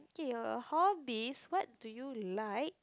K your hobbies what do you like